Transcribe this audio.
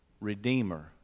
Redeemer